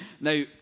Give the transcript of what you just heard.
Now